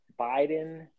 Biden